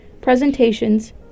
presentations